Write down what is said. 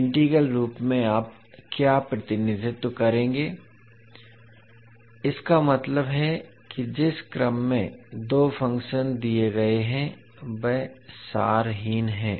integral रूप में आप क्या प्रतिनिधित्व करेंगे इसका मतलब है कि जिस क्रम में दो फंक्शन दिए गए हैं वह सारहीन है